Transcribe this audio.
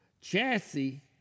chassis